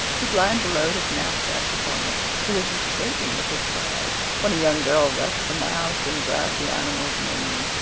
he planned to load his knapsack upon it. he was escaping with his prize when a young girl rushed from the house and grabbed the animal's mane.